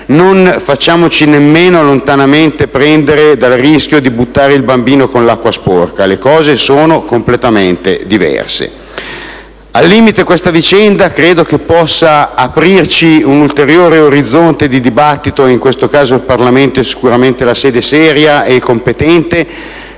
non facciamoci nemmeno lontanamente prendere dall'idea di buttare via il bambino con l'acqua sporca. Le cose sono completamente diverse. Al limite, credo che questa vicenda possa aprire un ulteriore orizzonte di dibattito - e in questo caso il Parlamento è sicuramente una sede seria e competente